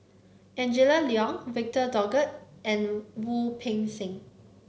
Angela Liong Victor Doggett and Wu Peng Seng